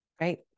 right